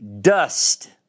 Dust